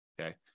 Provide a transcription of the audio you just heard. Okay